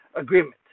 agreement